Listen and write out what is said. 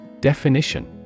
Definition